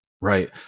right